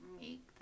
make